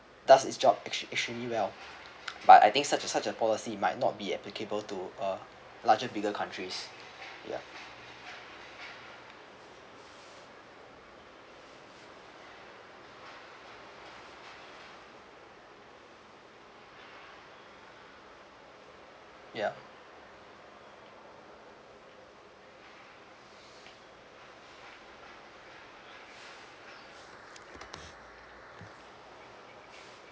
does its job extreme extremely well but I think such a such a policy might not be applicable to uh larger bigger countries ya ya